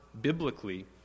biblically